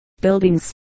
buildings